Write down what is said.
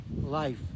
life